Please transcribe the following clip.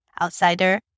outsider